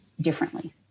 differently